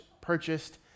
purchased